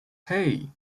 hey